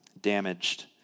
damaged